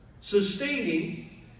Sustaining